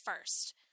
first